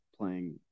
playing